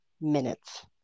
minutes